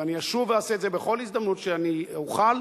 ואני אשוב ואעשה את זה בכל הזדמנות שאני אוכל,